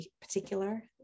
particular